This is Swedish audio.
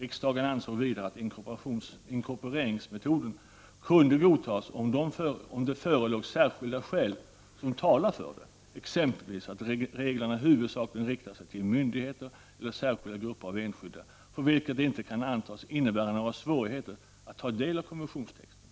Riksdagen ansåg vidare att inkorporeringsmetoden kunde godtas om det förelåg särskilda skäl som talar för det. Det gäller exempelvis om reglerna huvudsakligen riktar sig till myndigheter eller särskilda grupper av enskilda för vilka det inte kan antas innebära några svårigheter att ta del av konventionstexten.